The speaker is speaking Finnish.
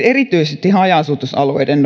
erityisesti haja asutusalueiden